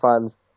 fans